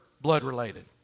blood-related